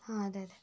ഹാ അതെ അതെ